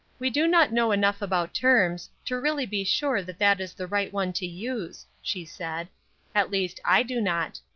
we do not know enough about terms, to really be sure that that is the right one to use, she said at least, i do not.